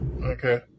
okay